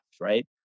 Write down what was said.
right